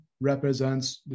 represents